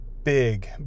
big